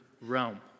realm